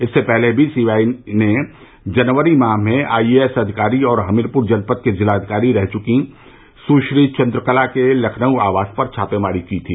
इससे पहले C B I ने जनवरी माह में आई ए एस अधिकारी और हमीरपुर जनपद की जिलाधिकारी रही सुश्री चंद्रकला के लखनऊ आवास पर छापेमारी की थी